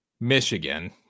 Michigan